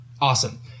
Awesome